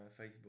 Facebook